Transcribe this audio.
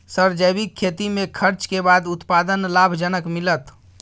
Sir जैविक खेती में खर्च के बाद उत्पादन लाभ जनक मिलत?